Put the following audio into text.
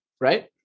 right